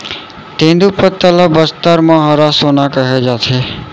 तेंदूपत्ता ल बस्तर म हरा सोना कहे जाथे